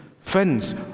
friends